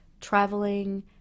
traveling